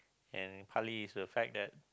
and partly is the fact that